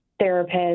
therapist